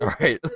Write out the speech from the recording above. right